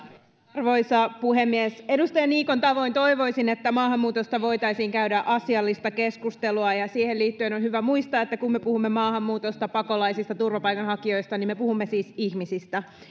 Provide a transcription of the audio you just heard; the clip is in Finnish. arvoisa puhemies edustaja niikon tavoin toivoisin että maahanmuutosta voitaisiin käydä asiallista keskustelua siihen liittyen on on hyvä muistaa että kun me puhumme maahanmuutosta pakolaisista turvapaikanhakijoista niin me puhumme siis ihmisistä